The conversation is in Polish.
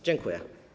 Dziękuję.